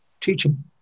teaching